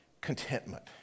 contentment